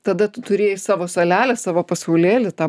tada tu turėjai savo salelę savo pasaulėlį tą